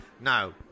no